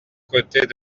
côtés